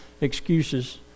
excuses